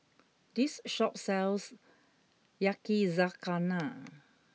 this shop sells Yakizakana